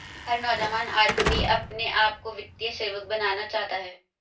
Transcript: हर नौजवान आदमी अपने आप को वित्तीय सेवक बनाना चाहता है